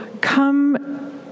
come